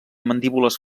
mandíbules